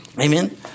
Amen